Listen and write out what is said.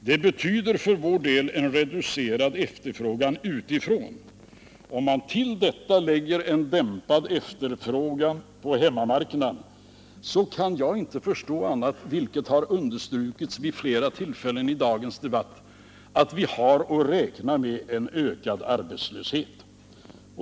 Det betyder för vår del en reducerad efterfrågan utifrån. Om man till detta lägger en dämpad efterfrågan på hemmamarknaden, kan jag inte förstå annat -— vilket har understrukits vid flera tillfällen — än att vi har att räkna med en ökad arbetslöshet.